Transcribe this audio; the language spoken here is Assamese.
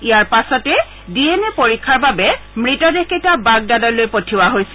ইয়াৰ পাছতে ডি এন এ পৰীক্ষাৰ বাবে মৃতদেহকেইটা বাগদাদলৈ পঠিওৱা হৈছিল